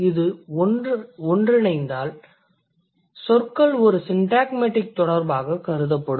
இது ஒன்றிணைந்தால் சொற்கள் ஒரு சிண்டாக்மடிக் தொடர்பாகக் கருதப்படும்